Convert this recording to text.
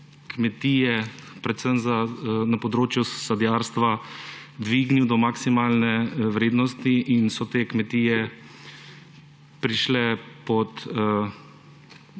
kmetije, predvsem na področju sadjarstva, dvignil do maksimalne vrednosti in so te kmetije postale